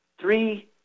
three